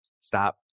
stop